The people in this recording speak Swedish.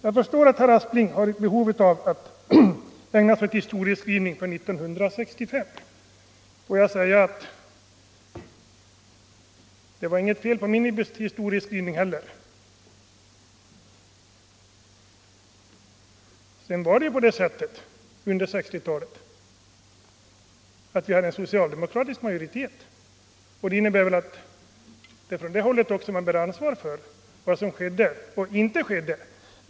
Jag förstår att herr Aspling har ett behov av att ägna sig åt historieskrivning för år 1965. Jag vill säga att det inte var något fel på min historieskrivning heller. Sedan var det så att vi under 1960-talet hade en socialdemokratisk majoritet, och det innebär väl att man på det hållet 7n också bär ansvaret för vad som skedde och inte skedde.